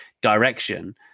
direction